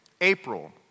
April